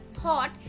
thought